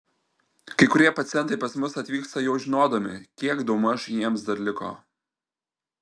kai kurie pacientai pas mus atvyksta jau žinodami kiek daugmaž jiems dar liko